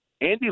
Andy